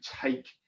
take